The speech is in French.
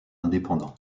indépendant